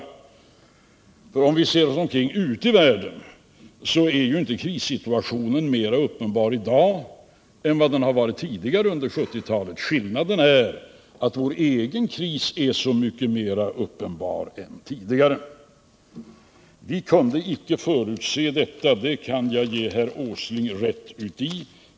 Om vi ser oss omkring i världen, finner vi att krissituationen inte är mera uppenbar i dag än tidigare under 1970 talet. Däremot är vår egen kris så mycket mera uppenbar än tidigare. Jag ger herr Åsling rätt i att vi icke kunde förutse detta.